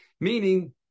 meaning